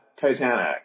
Titanic